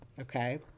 okay